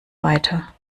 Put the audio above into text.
weiter